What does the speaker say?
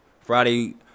Friday